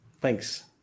Thanks